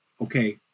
Okay